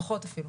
פחות אפילו.